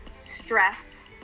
Stress